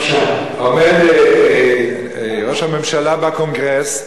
עומד ראש הממשלה בקונגרס,